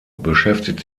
beschäftigt